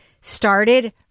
started